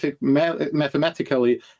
mathematically